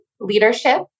leadership